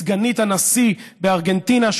את סגנית הנשיא בארגנטינה,